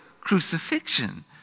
crucifixion